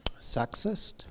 sexist